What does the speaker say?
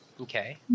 Okay